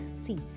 see